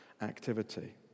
activity